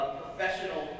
professional